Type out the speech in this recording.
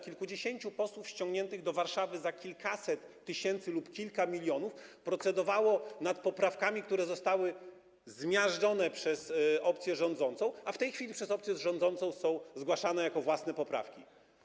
Kilkudziesięciu posłów ściągniętych do Warszawy za kilkaset tysięcy lub kilka milionów procedowało nad poprawkami, które zostały zmiażdżone przez opcję rządzącą, a w tej chwili przez tę opcję rządzącą są zgłaszane jako jej własne poprawki.